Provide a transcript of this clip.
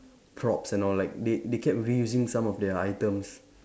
props and all like they they kept reusing some of their items